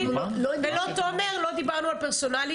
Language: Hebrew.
אנחנו לא --- לא אני ולא מופיד ולא תומר לא דיברנו על פרסונלי,